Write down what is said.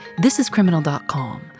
thisiscriminal.com